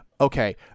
okay